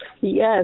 Yes